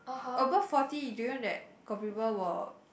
above forty do you know that got people will